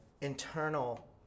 internal